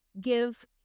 give